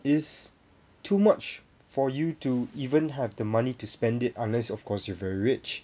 is too much for you to even have the money to spend it unless of course you are very rich